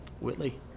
Whitley